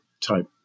type